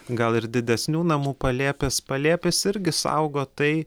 gal ir didesnių namų palėpės palėpės irgi saugo tai